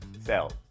Sell